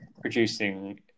producing